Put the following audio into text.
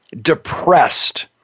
depressed